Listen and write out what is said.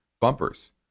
bumpers